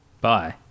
Bye